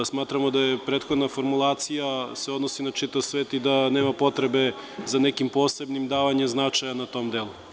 Smatramo da je prethodna formulacija, da se odnosi na čitav svet i da nema potrebe za nekim posebnim davanjem značaja na tom delu.